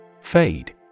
Fade